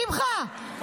שמחה,